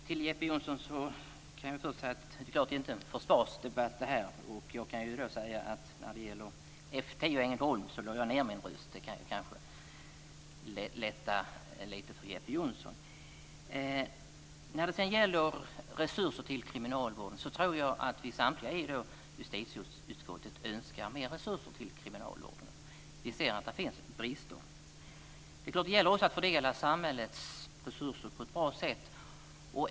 Fru talman! Det är klart att detta inte är en försvarsdebatt, men till Jeppe Johnsson kan jag när det gäller F 10 i Ängelholm säga att jag lade ned min röst. Det kanske underlättar lite för Jeppe Johnsson. När det sedan gäller resurser till kriminalvården tror jag att samtliga i justitieutskottet önskar mer resurser. Vi ser att det finns brister. Det gäller också att fördela samhällets resurser på ett bra sätt.